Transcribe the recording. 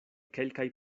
kelkaj